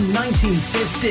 1950